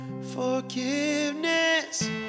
Forgiveness